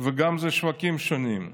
וגם אלה שווקים שונים,